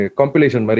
compilation